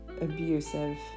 abusive